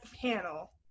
panel